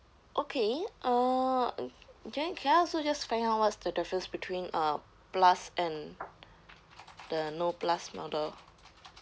okay uh can I can I also just find out what's the difference between uh plus and the no plus model